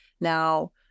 Now